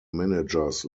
managers